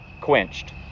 quenched